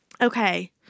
Okay